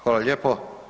Hvala lijepo.